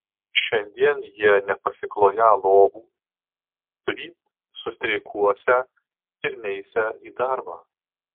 šiandien jie nepasikloją lovų ryt sustreikuosią ir neisią į darbą